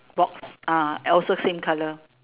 box ah also same colour